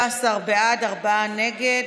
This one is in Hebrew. בעד, ארבעה נגד.